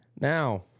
Now